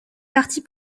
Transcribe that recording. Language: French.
partie